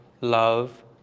love